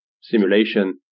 simulation